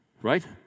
Right